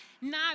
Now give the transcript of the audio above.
now